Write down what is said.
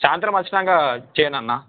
సాయంత్రం వచ్చినాకా ఇచ్చేయండన్న